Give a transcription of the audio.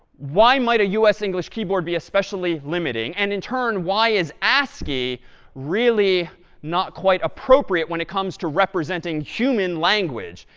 why might a us english keyboard be especially limiting, and in turn, why is ascii really not quite appropriate when it comes to representing human language,